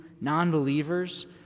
non-believers